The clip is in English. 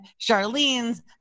Charlene's